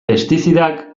pestizidak